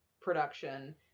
production